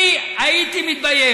אני הייתי מתבייש.